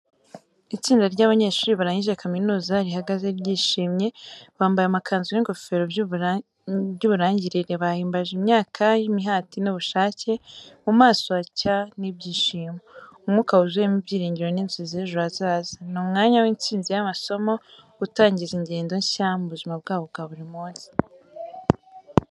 Itsinda ry’abanyeshuri barangije kaminuza rihagaze ryishimye, bambaye amakanzu n’ingofero by’uburangirire. Bahimbaje imyaka y’imihati n’ubushake, mu maso hacya n’ibyishimo. Umwuka wuzuyemo ibyiringiro n’inzozi z'ejo hazaza. Ni umwanya w’intsinzi y'amasomo, utangiza ingendo nshya mu buzima bwabo bwa buri munsi.